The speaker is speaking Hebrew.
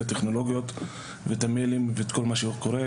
הטכנולוגיות ואת המיילים ואת כל מה שקורה,